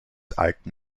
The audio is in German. alten